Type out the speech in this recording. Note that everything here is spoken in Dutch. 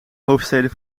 hoofdsteden